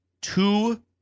two